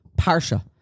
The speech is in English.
Parsha